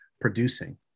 producing